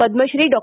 Padmashri Dr